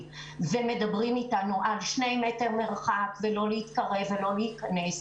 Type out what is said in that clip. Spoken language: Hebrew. ומדברים איתנו על שני מטר מרחק ולא להתקרב ולא להיכנס,